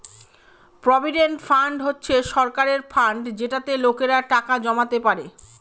provident fund হচ্ছে সরকারের fund যেটাতে লোকেরা টাকা জমাতে পারে